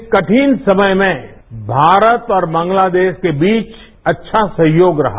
इस कठिन समय में भारत और बांग्लादेश के बीच अच्छा सहयोग रहा